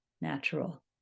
natural